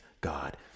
God